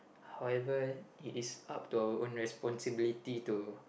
however it is up to our own responsibility to